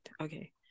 Okay